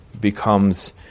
Becomes